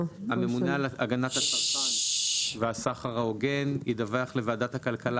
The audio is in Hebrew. הממונה על הגנת הצרכן והסחר ההוגן ידווח לוועדת הכלכלה